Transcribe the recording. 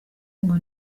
ngo